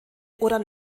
oder